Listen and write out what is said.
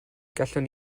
gallwn